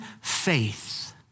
faith